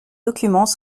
documents